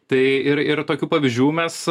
tai ir ir tokių pavyzdžių mes